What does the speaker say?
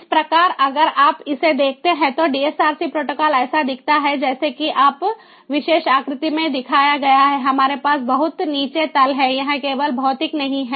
इस प्रकार अगर आप इसे देखते हैं तो DSRC प्रोटोकॉल ऐसा दिखता है जैसा कि इस विशेष आकृति में दिखाया गया है हमारे पास बहुत नीचे तल है यह केवल भौतिक नहीं है